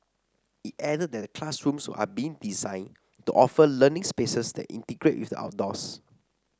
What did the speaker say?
it added that classrooms are being designed to offer learning spaces that integrate with the outdoors